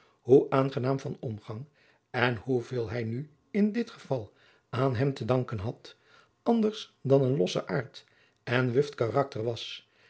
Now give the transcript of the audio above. hoe aangenaam van omgang en hoeveel hij nu in dit geval aan hem te danken had anders van een lossen aard en wuft karakter was